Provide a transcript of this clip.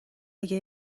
اگه